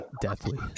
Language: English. Deathly